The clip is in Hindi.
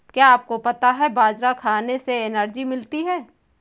क्या आपको पता है बाजरा खाने से एनर्जी मिलती है?